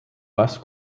bus